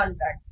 समान ब्रांड